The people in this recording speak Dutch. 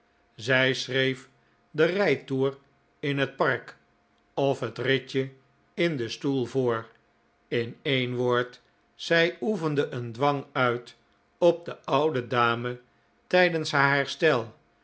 zij schreef den rijtoer in het park of het ritje in den stoel voor in een woord zij oefende een dwang uit op de oude dame tijdens haar herstel